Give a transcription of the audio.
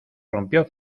rompió